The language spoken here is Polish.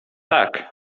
tak